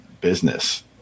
business